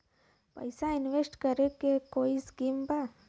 पैसा इंवेस्ट करे के कोई स्कीम बा?